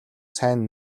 сайн